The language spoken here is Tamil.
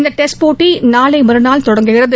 இந்த டெஸ்ட் போட்டி நாளை மறுநாள் தொடங்குகிறது